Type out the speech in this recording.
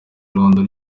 irondo